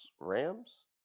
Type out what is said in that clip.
Rams